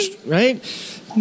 right